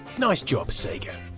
nice job sega.